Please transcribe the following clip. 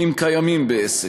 אם קיימים בעסק.